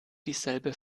dieselbe